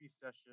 session